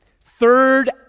third